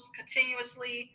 continuously